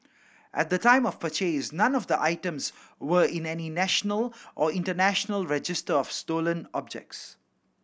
at the time of purchase none of the items were in any national or international register of stolen objects